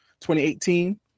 2018